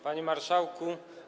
Panie Marszałku!